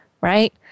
right